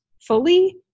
fully